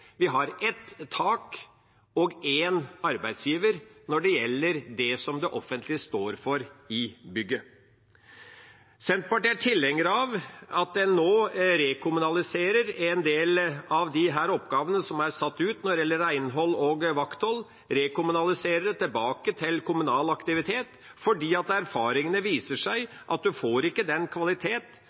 Vi har ett tak og én arbeidsgiver når det gjelder det som det offentlige står for i bygget. Senterpartiet er tilhenger av at man nå rekommunaliserer en del av disse oppgavene som er satt ut når det gjelder renhold og vakthold – rekommunaliserer det tilbake til kommunal aktivitet – fordi erfaringene viser at man ikke får den kvaliteten som man har ønsket, og man får ikke